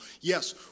Yes